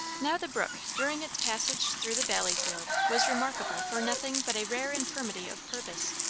now the brook, during its passage through the valley field, was remarkable for nothing but a rare infirmity of purpose,